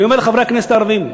אני אומר לחברי הכנסת הערבים,